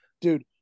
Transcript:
dude